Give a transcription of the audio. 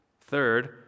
Third